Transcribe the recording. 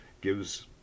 gives